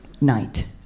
night